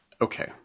Okay